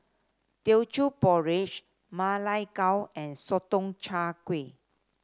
Teochew Porridge Ma Lai Gao and Sotong Char Kway